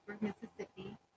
mississippi